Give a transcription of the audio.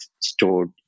stored